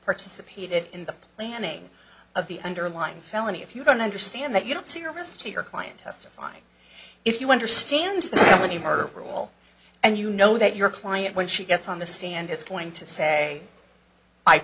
participated in the planning of the underlying felony if you don't understand that you don't see a risk to your client testifying if you understand any murder rule and you know that your client when she gets on the stand is going to say i